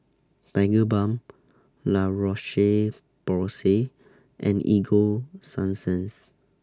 Tigerbalm La Roche Porsay and Ego Sunsense